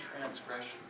transgressions